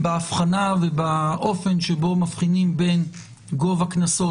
בהבחנה ובאופן שבו מבחינים בין גובה הקנסות